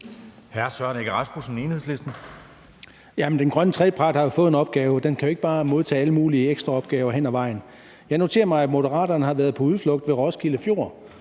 den grønne trepart har jo fået en opgave. Den kan jo ikke bare påtage sig alle mulige ekstraopgaver hen ad vejen. Jeg noterer mig, at Moderaterne har været på udflugt til Roskilde Fjord